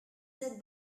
set